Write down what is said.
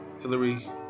Hillary